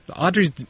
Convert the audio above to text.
Audrey's